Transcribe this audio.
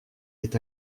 est